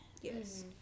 Yes